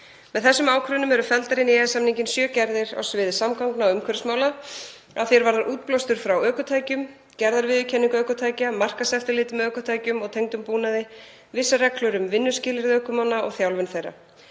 Með þessum ákvörðunum eru felldar inn í EES-samninginn sjö gerðir á sviði samgangna og umhverfismála, að því er varðar útblástur frá ökutækjum, gerðarviðurkenningu ökutækja, markaðseftirlit með ökutækjum og tengdum búnaði, vissar reglur um vinnuskilyrði ökumanna og þjálfun þeirra.